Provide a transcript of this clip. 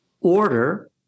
order